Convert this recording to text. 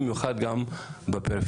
במיוחד גם בפריפריה.